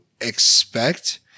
expect